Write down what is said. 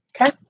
Okay